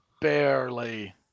barely